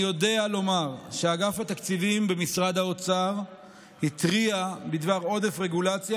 אני יודע לומר שאגף התקציבים במשרד האוצר התריע בדבר עודף רגולציה